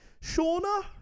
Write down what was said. shauna